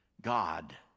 God